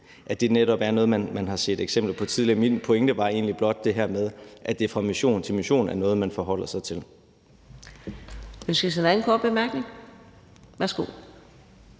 at det netop er noget, man har set eksempler på tidligere. Min pointe var egentlig blot det her med, at det fra mission til mission er noget, man forholder sig til. Kl. 18:40 Fjerde næstformand (Karina